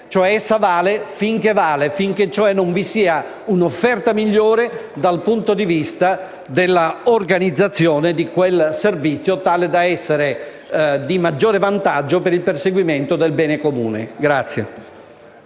cioè vale fino a che non vi sia un'offerta migliore dal punto di vista dell'organizzazione di quel servizio, tale da essere di maggior vantaggio per il perseguimento del bene comune.